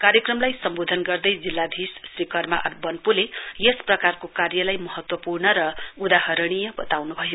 कार्यक्रमलाई सम्बोधन गर्दै जिल्लाधीश श्री कर्मा आर बन्पोले यस प्रकारको कार्यलाई महत्वपूर्ण र उदाहरणीय बताउनु भयो